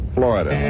Florida